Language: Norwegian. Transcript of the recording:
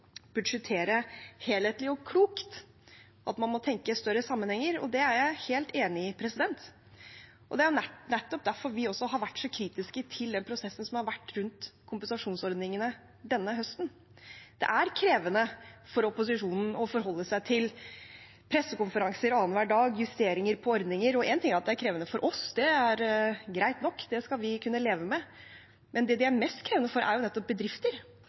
budsjettere helhetlig og klokt, at man må tenke større sammenhenger. Det er jeg helt enig i, og det er nettopp derfor vi har vært så kritiske til den prosessen som har vært rundt kompensasjonsordningene denne høsten. Det er krevende for opposisjonen å forholde seg til pressekonferanser annenhver dag og justeringer på ordninger. Og én ting er at det er krevende for oss – det er greit nok; det skal vi kunne leve med – men dem det er mest krevende for, er nettopp bedrifter.